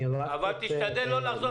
אני הבהרתי --- אבל תשתדל לא לחזור